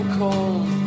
cold